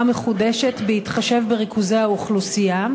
מחודשת בהתחשב בריכוזי האוכלוסייה?